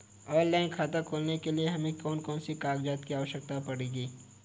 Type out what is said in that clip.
Online खाता खोलने के लिए हमें कौन कौन से कागजात की आवश्यकता पड़ेगी?